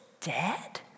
dead